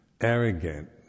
arrogant